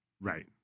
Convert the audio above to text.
Right